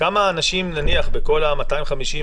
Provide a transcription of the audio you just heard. כמה אנשים נניח בכל ה-250,